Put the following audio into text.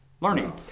learning